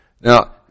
Now